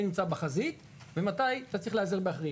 מי נמצא בחזית ומתי אתה צריך להיעזר באחרים.